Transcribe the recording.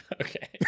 okay